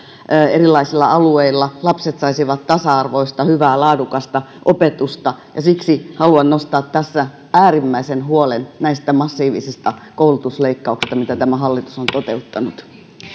erilaisilla alueilla lapset saisivat tasa arvoista hyvää laadukasta opetusta ja siksi haluan nostaa tässä äärimmäisen huolen näistä massiivisista koulutusleikkauksista mitä tämä hallitus on toteuttanut